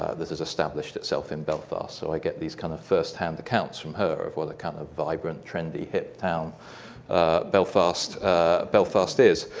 this has established itself in belfast, so i get these kind of firsthand accounts from her of what a kind of vibrant, trendy, hip town belfast belfast is.